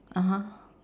(uh huh)